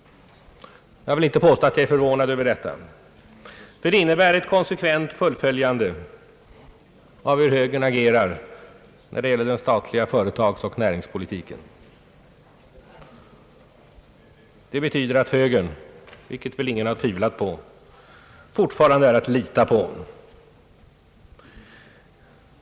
Jag vill inte påstå att jag är förvånad över detta. Det innebär ett konsekvent fullföljande av högerns agerande när det gäller den statliga företagsoch näringspolitiken. Det betyder att högern, vilket väl ingen har tvivlat på, fortfarande är att »lita på».